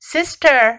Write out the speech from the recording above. Sister